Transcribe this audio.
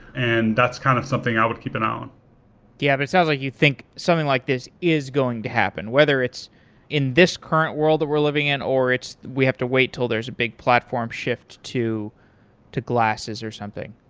and that's kind of something i would keep an eye on. yeah, but it sounds like you think something like this is going to happen. whether it's in this current world that we're living in or we have to wait till there's a big platform shift to to glasses or something.